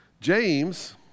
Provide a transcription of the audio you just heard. James